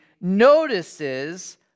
notices